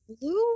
blue